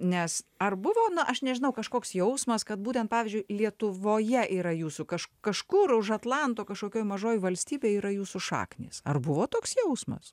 nes ar buvo na aš nežinau kažkoks jausmas kad būtent pavyzdžiui lietuvoje yra jūsų kaž kažkur už atlanto kažkokioj mažoj valstybėj yra jūsų šaknys ar buvo toks jausmas